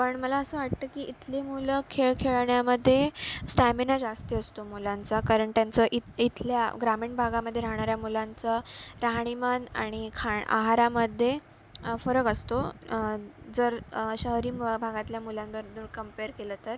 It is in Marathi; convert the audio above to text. पण मला असं वाटतं की इथली मुलं खेळ खेळण्यामध्ये स्टॅमिना जास्त असतो मुलांचा कारण त्यांचं इ इथल्या ग्रामीण भागामध्ये राहणाऱ्या मुलांचं राहणीमान आणि खाण् आहारामध्ये फरक असतो जर शहरी ब भागातल्या मुलांबरोबर कम्पेअर केलं तर